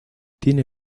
tiene